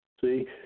See